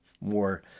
more